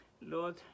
Lord